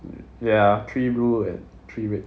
ya three blue and three red